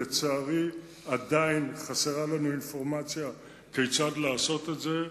אבל לצערי עדיין חסרה לנו אינפורמציה כיצד לעשות את זה.